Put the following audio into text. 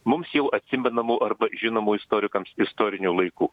mums jau atsimenamų arba žinomų istorikams istorinių laikų